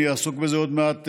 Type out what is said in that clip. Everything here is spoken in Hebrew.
אני אעסוק בזה עוד מעט.